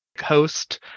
host